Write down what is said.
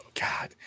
God